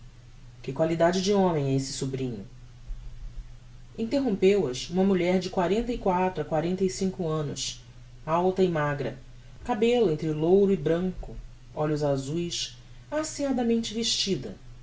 que qualidade de homem é esse sobrinho interrompeu as uma mulher de quarenta e quatro a quarenta e cinco annos alta e magra cabello entre louro e branco olhos azues aceiadamente vestida